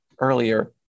earlier